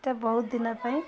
ବହୁତ ଦିନ ପାଇଁ